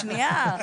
שנייה.